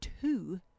two